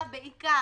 אחריהם.